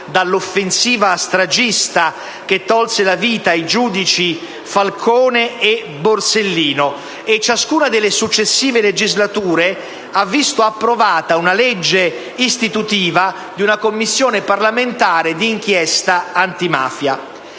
dall'offensiva stragista che tolse la vita ai giudici Falcone e Borsellino. Ciascuna delle successive legislature ha visto approvata una legge istitutiva di una Commissione parlamentare d'inchiesta antimafia.